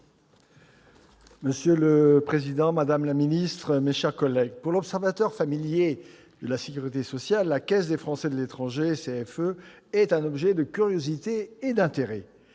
Monsieur le président, madame la ministre, mes chers collègues, pour l'observateur familier de la sécurité sociale, la Caisse des Français de l'étranger, ou CFE, est un objet de curiosité et d'intérêt.